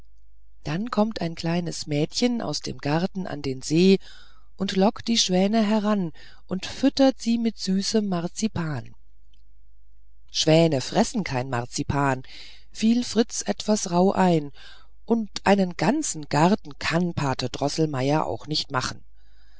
dann kommt ein kleines mädchen aus dem garten an den see und lockt die schwäne heran und füttert sie mit süßem marzipan schwäne fressen keinen marzipan fiel fritz etwas rauh ein und einen ganzen garten kann pate droßelmeier auch nicht machen